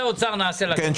מה